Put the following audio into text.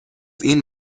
این